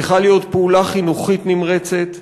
צריכה להיות פעולה חינוכית נמרצת.